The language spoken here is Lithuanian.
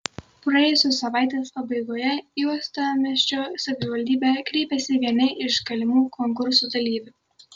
praėjusios savaitės pabaigoje į uostamiesčio savivaldybę kreipėsi vieni iš galimų konkursų dalyvių